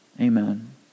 Amen